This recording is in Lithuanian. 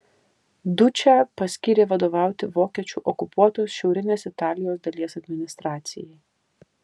dučę paskyrė vadovauti vokiečių okupuotos šiaurinės italijos dalies administracijai